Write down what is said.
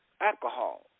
Alcohol